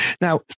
Now